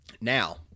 Now